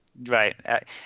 Right